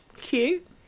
cute